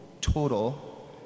total